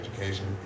education